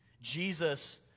Jesus